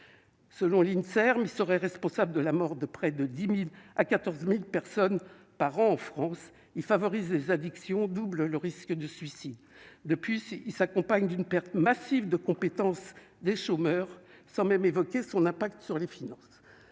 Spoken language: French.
selon l'INSERM, serait responsable de la mort de près de 10000 à 14000 personnes par an en France, il favorise les addictions double le risque de suicide depuis il s'accompagne d'une perte massive de compétences des chômeurs sans même évoquer son impact sur les finances